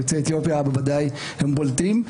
יוצאי אתיופיה בוודאי בולטים,